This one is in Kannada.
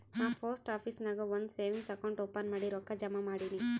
ನಾ ಪೋಸ್ಟ್ ಆಫೀಸ್ ನಾಗ್ ಒಂದ್ ಸೇವಿಂಗ್ಸ್ ಅಕೌಂಟ್ ಓಪನ್ ಮಾಡಿ ರೊಕ್ಕಾ ಜಮಾ ಮಾಡಿನಿ